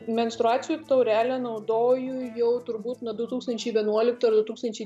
menstruacijų taurelę naudoju jau turbūt nuo du tūkstančiai vienuoliktų ar du tūkstančiai